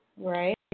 right